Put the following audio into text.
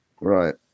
Right